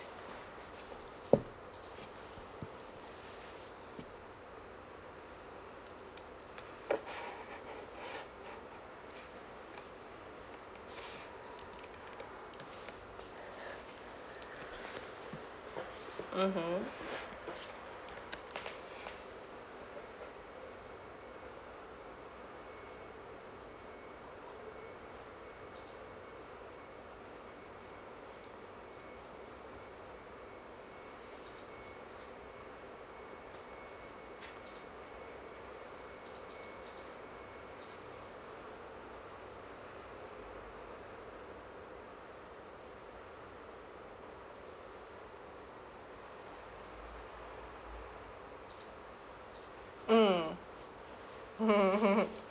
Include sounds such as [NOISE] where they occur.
mmhmm mm [LAUGHS]